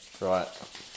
Right